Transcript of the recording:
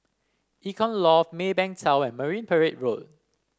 Icon Loft Maybank Tower and Marine Parade Road